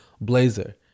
blazer